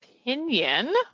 opinion